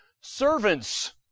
servants